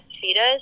fetus